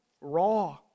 raw